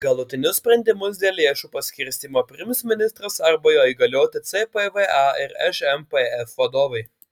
galutinius sprendimus dėl lėšų paskirstymo priims ministras arba jo įgalioti cpva ir šmpf vadovai